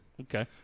Okay